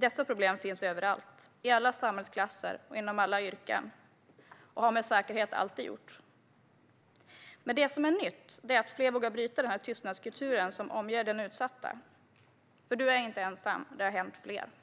Dessa problem finns överallt, i alla samhällsklasser och inom alla yrken, och har med säkerhet alltid funnits. Men det som är nytt är att fler vågar bryta den tystnadskultur som omger den utsatta. För man är inte ensam. Det har hänt fler. När det gäller